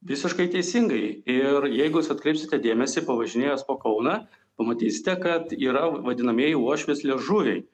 visiškai teisingai ir jeigu jūs atkreipsite dėmesį pavažinėjęs po kauną pamatysite kad yra vadinamieji uošvės liežuviai